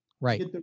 Right